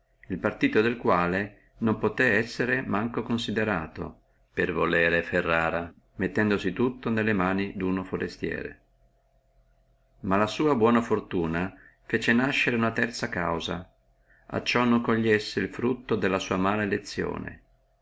el partito del quale non possé essere manco considerato per volere ferrara cacciarsi tutto nelle mani duno forestiere ma la sua buona fortuna fece nascere una terza cosa acciò non cogliessi el frutto della sua mala elezione